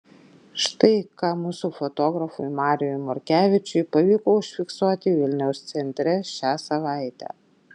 štai ką mūsų fotografui mariui morkevičiui pavyko užfiksuoti vilniaus centre šią savaitę